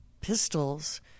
pistols